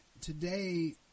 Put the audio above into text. today